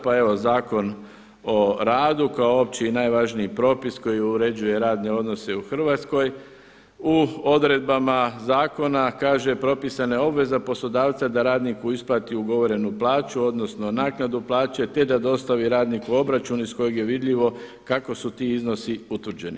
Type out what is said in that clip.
Pa evo Zakon o radu kao opći i najvažniji propis koji uređuje radne odnose u Hrvatskoj, u odredbama zakona kaže, propisana je obveza poslodavca da radniku isplati ugovorenu plaću, odnosno naknadu plaće te da dostavi radniku obračun iz kojeg je vidljivo kako su ti iznosi utvrđeni.